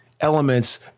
Elements